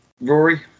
rory